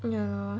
ya lor